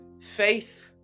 Faith